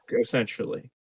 essentially